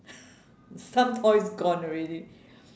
some toys gone already